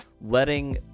Letting